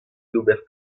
d’ober